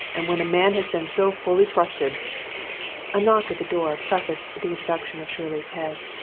and when a man has been so fully trusted a knock at the door prefaced the introduction of shirley's head.